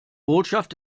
botschaft